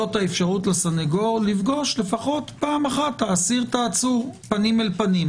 האפשרות לסנגור לפגוש לפחות פעם אחת את האסיר או העצור פנים אל פנים.